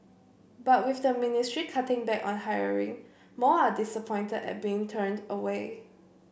but with the ministry cutting back on hiring more are disappointed at being turned away